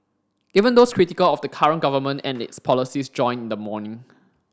even those critical of the current government and its policies joined in the mourning